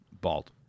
Bald